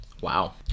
Wow